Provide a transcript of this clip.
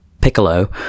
Piccolo